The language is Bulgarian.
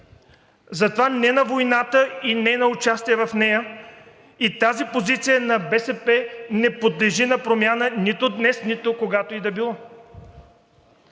Затова не на войната и не на участие в нея! И тази позиция на БСП не подлежи на промяна нито днес, нито когато и да било.